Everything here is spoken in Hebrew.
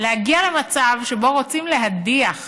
להגיע למצב שבו רוצים להדיח